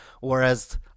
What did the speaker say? Whereas